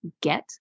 get